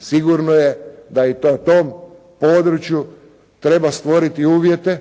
Sigurno je da i na tom području treba stvoriti uvjete